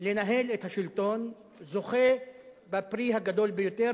לנהל את השלטון זוכה בפרי הגדול ביותר,